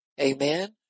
Amen